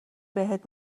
بهت